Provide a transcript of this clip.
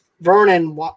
Vernon